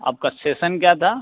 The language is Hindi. आपका सेसन क्या था